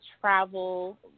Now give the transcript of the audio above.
travel